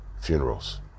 funerals